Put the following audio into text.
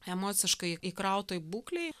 emociškai įkrautoj būklėj